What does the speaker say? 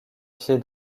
pied